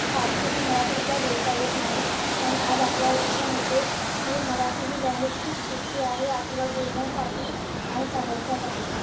साधीसोपी मराठीसुद्धा बोलता येत नाही म्हणून आज आपल्याला आज दिसून येते की मराठी ही लँग्वेज खूप सोपी आहे आपल्याला बोलण्यासाठी आणि समजण्यासाठी